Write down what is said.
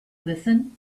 listen